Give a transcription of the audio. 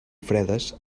fredes